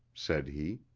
said he.